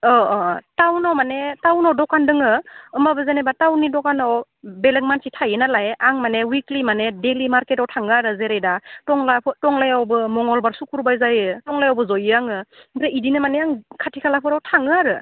अ अ टाउनाव माने टाउनाव दखान दङ होमब्लाबो जेनेबा टाउननि दखानाव बेलेग मानसि थायो नालाय आं माने उइकलि माने डेलि मार्केटाव थाङो आरो जेरै दा टंला टंलायावबो मंगलबार सुक्रुबार जायो टंलायावबो जयो आङो ओमफ्राय इदिनो माने आं खाथि खालाफोराव थाङो आरो